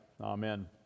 Amen